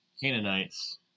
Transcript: Canaanites